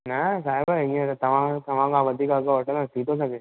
न साहिबु इअं त तव्हां तव्हां खां वधीक अघु वठंदुसि इअं थी थो सघे